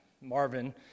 Marvin